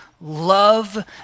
love